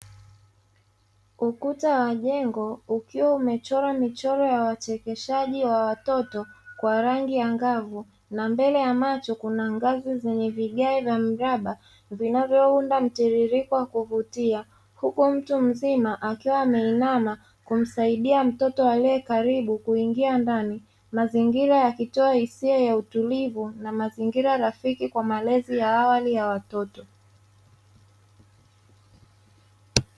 Ukuta wa jengo ukiwa umechora michoro ya wachekeshaji wa watoto kwa rangi angavu, na mbele ya macho kuna ngazi zenye vigae vya mraba vinavyounda mtiririko wa kuvutia, huku mtu mzima akiwa ameinama kumsaidia mtoto aliye karibu kuingia ndani. Mazingira yakitoa hisia ya utulivu na mazingira rafiki kwa malezi awali ya watoto.